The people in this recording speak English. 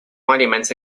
monuments